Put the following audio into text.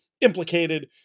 Implicated